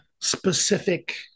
specific